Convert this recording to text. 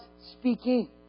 speaking